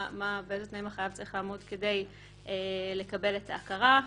באיזה תנאים החייב צריך לעמוד כדי לקבל את ההכרה.